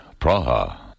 Praha